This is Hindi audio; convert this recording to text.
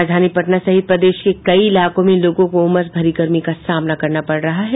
राजधानी पटना सहित प्रदेश के कई इलाकों में लोगों को उमस भरी गर्मी का सामना करना पड़ रहा है